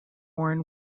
worn